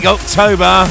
October